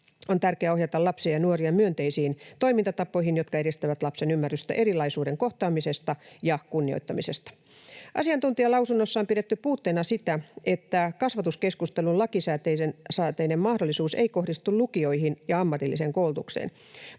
on tärkeää ohjata lapsia ja nuoria myönteisiin toimintatapoihin, jotka edistävät lapsen ymmärrystä erilaisuuden kohtaamisesta ja kunnioittamisesta. Asiantuntijalausunnoissa on pidetty puutteena sitä, että kasvatuskeskustelun lakisääteinen mahdollisuus ei kohdistu lukioihin ja ammatilliseen koulutukseen.